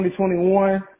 2021